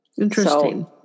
Interesting